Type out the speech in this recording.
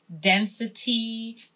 density